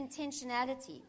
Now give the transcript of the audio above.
intentionality